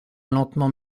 lentement